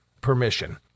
permission